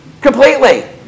Completely